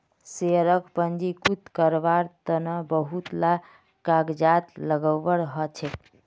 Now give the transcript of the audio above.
शेयरक पंजीकृत कारवार तन बहुत ला कागजात लगव्वा ह छेक